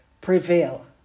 prevail